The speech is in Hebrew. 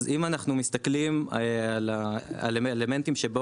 אז אם אנחנו מסתכלים על האלמנטים שבו